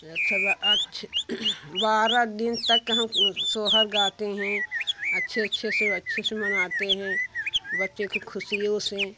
बारह दिन तक सोहर गाते हैं अच्छे अच्छे से अच्छे से मनाते हैं बच्चे के खुशियों से